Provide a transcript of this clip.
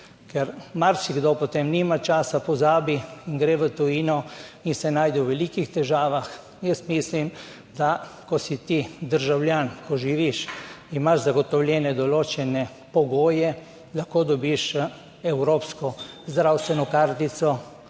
Ker marsikdo, potem nima časa, pozabi in gre v tujino in se najde v velikih težavah. Jaz mislim, da ko si ti državljan, ko živiš, imaš zagotovljene določene pogoje lahko dobiš evropsko zdravstveno kartico